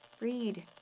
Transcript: Read